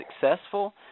successful